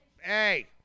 Hey